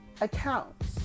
accounts